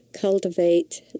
cultivate